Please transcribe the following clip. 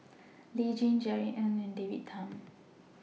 Lee Tjin Jerry Ng and David Tham